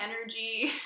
energy